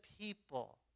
people